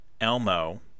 Elmo